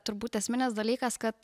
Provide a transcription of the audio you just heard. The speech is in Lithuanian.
turbūt esminis dalykas kad